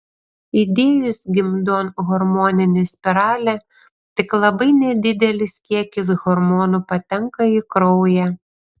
įdėjus gimdon hormoninę spiralę tik labai nedidelis kiekis hormonų patenka į kraują